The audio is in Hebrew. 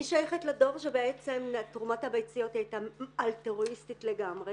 אני שייכת לדור שבעצם תרומת הביציות הייתה אלטרואיסטית לגמרי